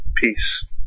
Peace